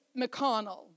McConnell